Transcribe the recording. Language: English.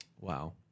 wow